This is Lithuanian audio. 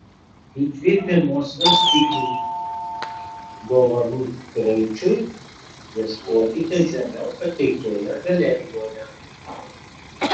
įkvėpimo svarstyklių dovanų kraičiui ieškokite žemiau pateiktoje galerijoje